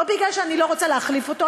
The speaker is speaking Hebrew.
לא מפני שאני לא רוצה להחליף אותו,